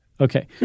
Okay